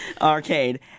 Arcade